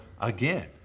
again